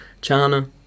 China